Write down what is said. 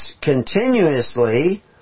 continuously